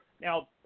Now